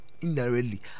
indirectly